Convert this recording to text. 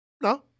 No